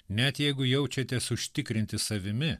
net jeigu jaučiatės užtikrinti savimi